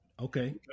Okay